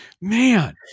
Man